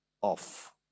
off